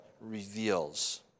reveals